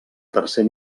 tercer